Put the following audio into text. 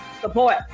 Support